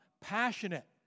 passionate